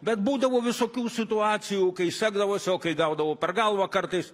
bet būdavo visokių situacijų kai sekdavosi o kai gaudavau per galvą kartais